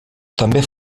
també